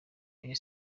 rayon